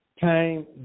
Time